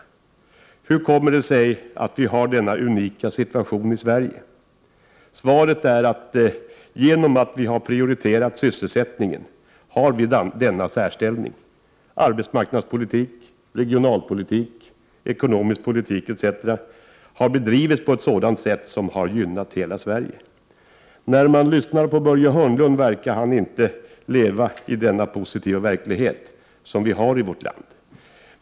Hur kommer det sig att vi 14 december 1988 har denna unika situation i Sverige? Svaret är att genom att vi har prioriterat. Jr omom od. sysselsättningen har vi denna särställning. Arbetsmarknadspolitik, regionalpolitik, ekonomisk politik osv. har vi bedrivit på ett sådant sätt som har gynnat hela Sverige. När man lyssnar på Börje Hörnlund verkar han inte leva i denna positiva verklighet som vi har i vårt land.